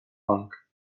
bank